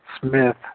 Smith